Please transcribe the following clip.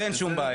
ואין שום בעיה.